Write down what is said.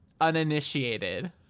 uninitiated